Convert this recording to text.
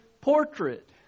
portrait